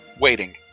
waiting